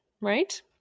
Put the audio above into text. right